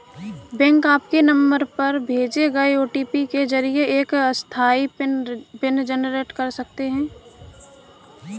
bank आपके number पर भेजे गए ओ.टी.पी के जरिए एक अस्थायी पिन जनरेट करते हैं